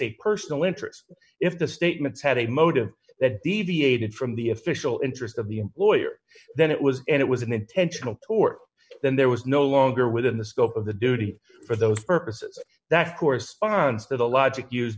a personal interest if the statements had a motive that deviated from the official interest of the employer then it was and it was an intentional tort then there was no longer within the scope of the duty for those purposes that corresponds to the logic